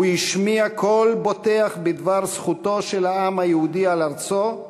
הוא השמיע קול בוטח בדבר זכותו של העם היהודי על ארצו,